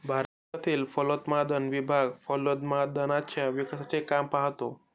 भारतातील फलोत्पादन विभाग फलोत्पादनाच्या विकासाचे काम पाहतो